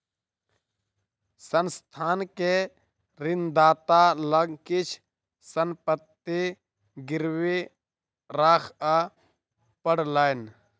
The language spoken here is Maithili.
संस्थान के ऋणदाता लग किछ संपत्ति गिरवी राखअ पड़लैन